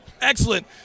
Excellent